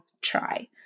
try